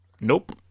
Nope